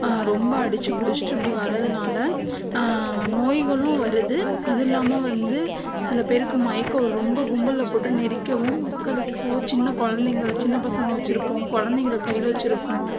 ரொம்ப அடிச்சு பிடிச்சிட்டு இப்படி வரதுனால் நோய்களும் வருது அது இல்லாமல் வந்து சில பேருக்கு மயக்கம் ரொம்ப கும்பலில் போட்டு நெரிக்கவும் மக்களுக்கு சின்ன குழந்தைங்களை சின்ன பசங்க வச்சுருப்போம் குழந்தைகள கையில் வச்சுருப்போம்